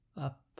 Up